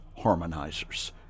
harmonizers